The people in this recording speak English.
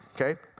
okay